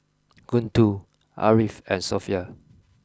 Guntur Ariff and Sofea